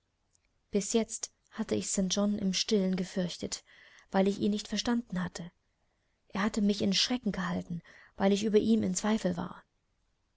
bis jetzt hatte ich st john im stillen gefürchtet weil ich ihn nicht verstanden hatte er hatte mich in schrecken gehalten weil ich über ihn im zweifel war